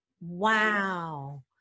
Wow